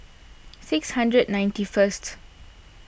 six hundred ninety first